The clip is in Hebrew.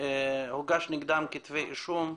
שהוגשו נגדם כתבי אישום?